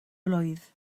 blwydd